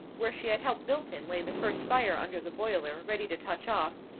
where she had helped milton lay the first fire under the boiler ready to touch off,